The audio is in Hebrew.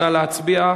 נא להצביע.